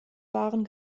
waren